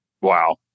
Wow